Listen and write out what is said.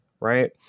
right